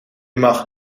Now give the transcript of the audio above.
mag